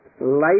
light